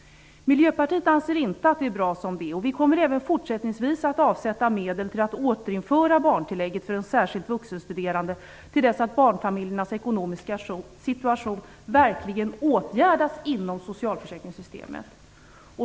Miljöpartiet anser inte att det är bra som det är, och vi kommer att fortsätta att avsätta medel för att återinföra barntillägget för särskilt vuxenstuderande till dess att barnfamiljernas ekonomiska situation verkligen åtgärdas inom socialförsäkringssystemet.